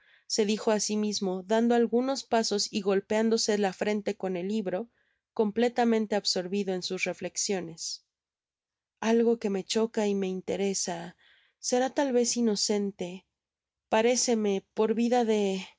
se dijo á si mismo dando algunos pasos y golpeándose la frente con el libro completamente absorvido en sus reflecciones algo que me choca y me interesa será tal vez inocente paréceme por vida de